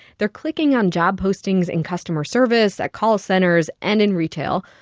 they're clicking on job postings in customer service, at call centers and in retail,